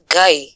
Guy